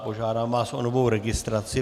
Požádám vás o novou registraci.